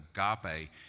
agape